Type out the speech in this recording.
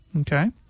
Okay